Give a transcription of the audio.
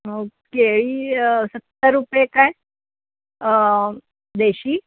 हो केळी सत्तर रुपये काय देशी